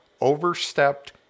overstepped